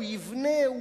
הוא יבנה,